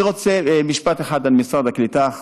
אני רוצה לומר משפט אחד על משרד הקליטה.